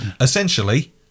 Essentially